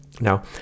Now